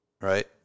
right